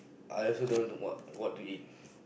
I also don't know to what what to eat